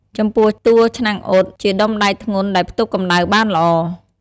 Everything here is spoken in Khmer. ចំពោះ តួឆ្នាំងអ៊ុត ជាដុំដែកធ្ងន់ដែលផ្ទុកកម្ដៅបានល្អ។